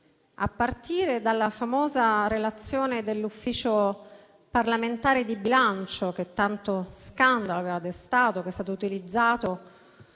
a partire dalla famosa relazione dell'Ufficio parlamentare di bilancio, che tanto scandalo ha destato ed è stata utilizzata